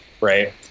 Right